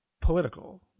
political